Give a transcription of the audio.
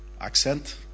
accent